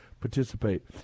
participate